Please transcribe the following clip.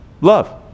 Love